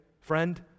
friend